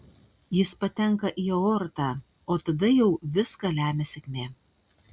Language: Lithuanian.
jis patenka į aortą o tada jau viską lemia sėkmė